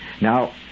Now